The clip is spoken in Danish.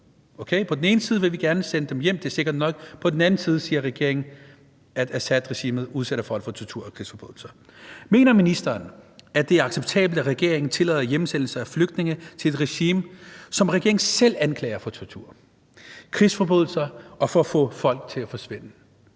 på den ene side vil vi gerne sende dem hjem, det er sikkert nok, og på den anden side siger regeringen, at Assadregimet udsætter folk for tortur og krigsforbrydelser. Mener ministeren, at det er acceptabelt, at regeringen tillader hjemsendelse af flygtninge til et regime, som regeringen selv anklager for tortur, krigsforbrydelser og for at få folk til at forsvinde?